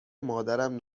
مادرم